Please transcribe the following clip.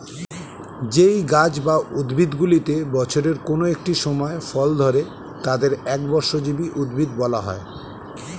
যেই গাছ বা উদ্ভিদগুলিতে বছরের কোন একটি সময় ফল ধরে তাদের একবর্ষজীবী উদ্ভিদ বলা হয়